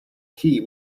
key